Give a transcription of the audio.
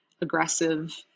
aggressive